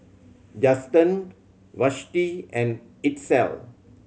Juston Vashti and Itzel